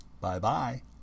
Bye-bye